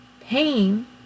Pain